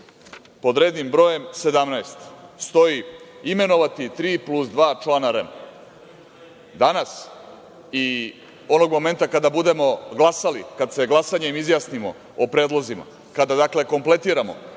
Pod rednim broje 17. stoji – imenovati 3 plus 2 člana REM-a. Danas i onog momenta kada budemo glasali, kad se glasanjem izjasnimo o predlozima, kada kompletiramo